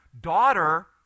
Daughter